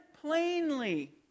plainly